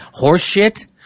horseshit